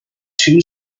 two